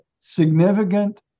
significant